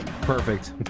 Perfect